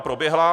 Proběhla.